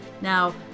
Now